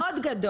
לא.